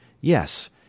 Yes